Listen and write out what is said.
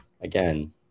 Again